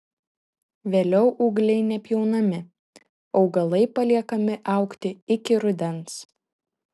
vėliau ūgliai nepjaunami augalai paliekami augti iki rudens